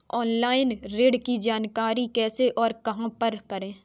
Online ऋण की जानकारी कैसे और कहां पर करें?